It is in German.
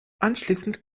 anschließend